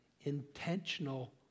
intentional